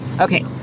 Okay